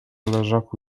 leżaku